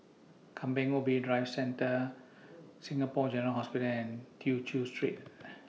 Kampong Ubi Driving Test Centre Singapore General Hospital and Tew Chew Street